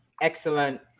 excellent